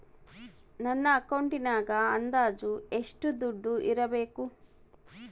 ನನ್ನ ಅಕೌಂಟಿನಾಗ ಅಂದಾಜು ಎಷ್ಟು ದುಡ್ಡು ಇಡಬೇಕಾ?